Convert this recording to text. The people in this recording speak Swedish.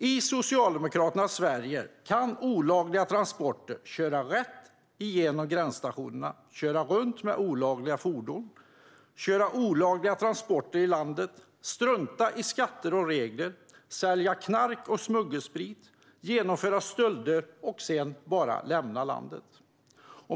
I Socialdemokraternas Sverige kan olagliga transporter köras rätt igenom gränsstationerna, olagliga fordon köra runt och olagliga transporter köras i landet, och man kan strunta i skatter och regler, sälja knark och smuggelsprit, genomföra stölder och sedan bara lämna landet.